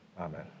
amen